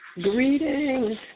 Greetings